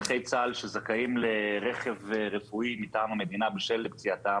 נכי צה"ל שזכאים לרכב רפואי מטעם המדינה בשל פציעתם,